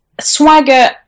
swagger